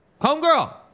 homegirl